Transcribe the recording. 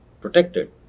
protected